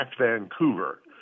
Vancouver